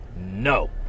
no